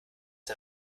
der